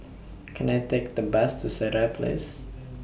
Can I Take The Bus to Sireh Place